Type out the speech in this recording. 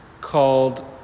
called